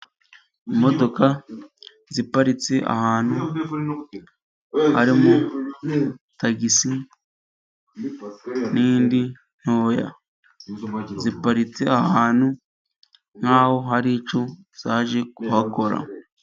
Imodoka ziparitse ahantu harimo tagisi n'indi ntoya, ziparitse ahantu nk'aho hari icyo zaje kuhakora.